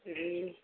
جی